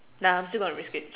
nah I'm still gonna risk it